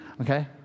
Okay